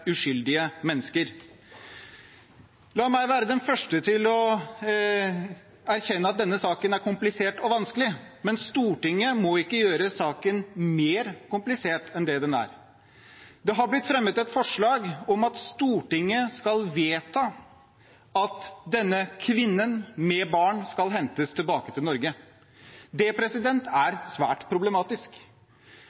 uskyldige mennesker. La meg være den første til å erkjenne at denne saken er komplisert og vanskelig, men Stortinget må ikke gjøre saken mer komplisert enn den er. Det har blitt fremmet et forslag om at Stortinget skal vedta at denne kvinnen med barn skal hentes tilbake til Norge. Det er